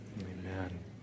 amen